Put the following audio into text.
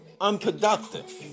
unproductive